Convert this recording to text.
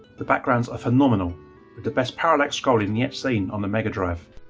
the backgrounds are phenomenal with the best parallax scrolling yet seen on the megadrive.